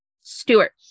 Stewart